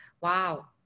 wow